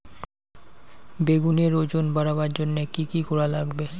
বেগুনের ওজন বাড়াবার জইন্যে কি কি করা লাগবে?